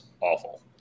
awful